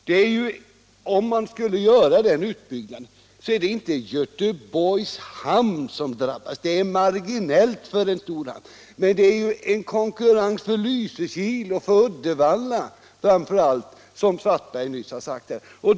Och om man gör den utbyggnaden, är det inte Göteborgs hamn som drabbas — den är marginell för en stor hamn — utan 150 den blir en konkurrent framför allt till Lysekil och Uddevalla, som herr Svartberg nyss har sagt.